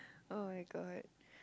oh-my-god